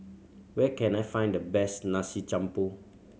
where can I find the best Nasi Campur